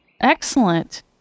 Excellent